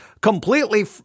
completely